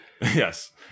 Yes